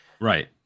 Right